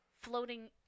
floating